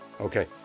Okay